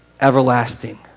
everlasting